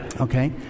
Okay